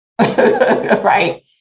right